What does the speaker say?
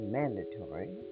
mandatory